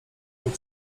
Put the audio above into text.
but